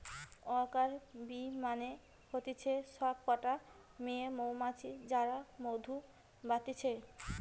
worker bee মানে হতিছে সব কটা মেয়ে মৌমাছি যারা মধু বানাতিছে